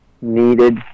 needed